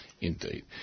Indeed